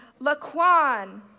Laquan